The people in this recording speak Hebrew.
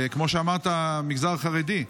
וכמו שאמרת, במגזר החרדי.